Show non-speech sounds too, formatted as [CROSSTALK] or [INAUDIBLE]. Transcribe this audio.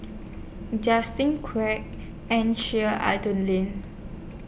Justin Quek and Sheik [UNINTELLIGIBLE]